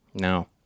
no